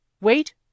Wait